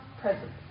presence